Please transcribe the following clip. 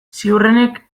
ziurrenik